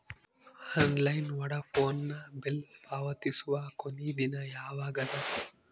Online Vodafone bill ಪಾವತಿಸುವ ಕೊನಿ ದಿನ ಯವಾಗ ಅದ?